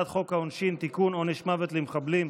חוק העונשין (תיקון, עונש מוות למחבלים),